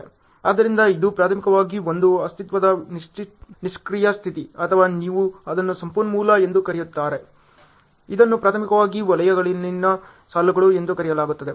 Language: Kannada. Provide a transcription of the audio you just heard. ಆದ್ದರಿಂದ ಇದು ಪ್ರಾಥಮಿಕವಾಗಿ ಒಂದು ಅಸ್ತಿತ್ವದ ನಿಷ್ಕ್ರಿಯ ಸ್ಥಿತಿ ಅಥವಾ ನೀವು ಇದನ್ನು ಸಂಪನ್ಮೂಲ ಎಂದೂ ಕರೆಯುತ್ತಾರೆ ಇದನ್ನು ಪ್ರಾಥಮಿಕವಾಗಿ ವಲಯಗಳಲ್ಲಿನ ಸಾಲುಗಳು ಎಂದು ಕರೆಯಲಾಗುತ್ತದೆ